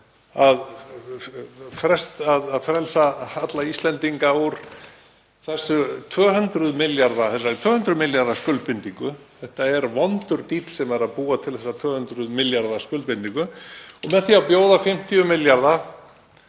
að frelsa alla Íslendinga úr þessari 200 milljarða skuldbindingu, þetta er vondur díll sem býr til þessa 200 milljarða skuldbindingu, með því að bjóða 50 milljarða